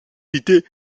citer